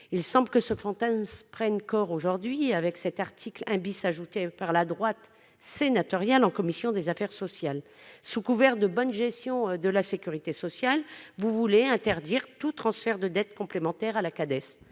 Il semble que ce fantasme prenne corps aujourd'hui, par le biais de l'article 1 introduit par la droite sénatoriale en commission des affaires sociales. Sous couvert de bonne gestion de la sécurité sociale, il s'agit d'interdire tout transfert de dettes complémentaires à la Cades.